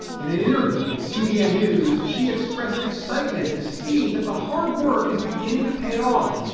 in an interview with cbn news, she expressed excitement to see that the hard work is beginning to pay off,